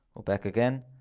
or back again,